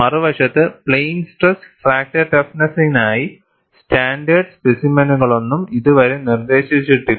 മറുവശത്ത് plain stress fracture toughness ടെസ്റ്റിംഗിനായി standard സ്പെസിമെനുകളൊന്നും ഇതുവരെ നിർദ്ദേശിച്ചിട്ടില്ല